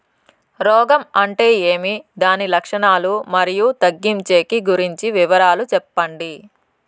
రోగం అంటే ఏమి దాని లక్షణాలు, మరియు తగ్గించేకి గురించి వివరాలు సెప్పండి?